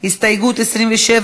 הסתייגות מס' 27